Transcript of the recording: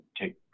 take